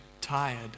tired